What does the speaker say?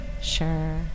Sure